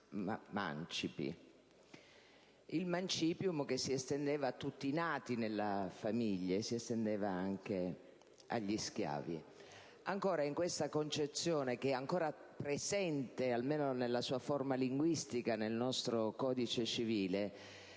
al *mancipium*, che si estendeva a tutti i nati nella famiglia e anche agli schiavi. In questa concezione, che è ancora presente almeno nella sua forma linguistica nel nostro codice civile,